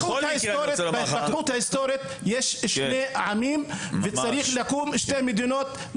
בהתפתחות ההיסטורית יש שני עמים וצריכות לקום שתי מדינות.